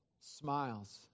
smiles